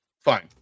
fine